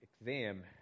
exam